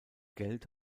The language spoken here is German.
geld